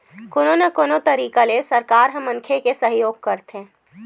कोनो न कोनो तरिका ले सरकार ह मनखे के सहयोग करथे